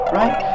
right